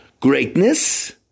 greatness